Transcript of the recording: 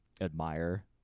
admire